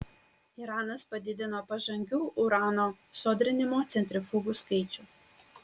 iranas padidino pažangių urano sodrinimo centrifugų skaičių